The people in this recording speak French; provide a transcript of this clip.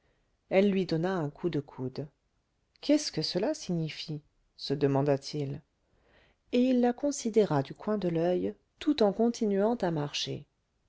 elle lui donna un coup de coude qu'est-ce que cela signifie se demanda-t-il et il la considéra du coin de l'oeil tout en continuant à marcher